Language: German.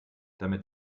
damit